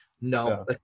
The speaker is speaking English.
no